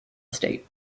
estate